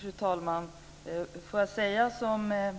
Fru talman! Som en